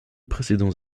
précédents